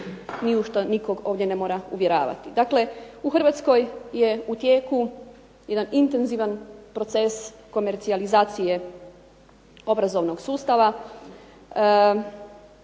ni u što nikog ovdje ne mora uvjeravati. Dakle, u Hrvatskoj je u tijeku jedan intenzivan proces komercijalizacije obrazovnog sustava,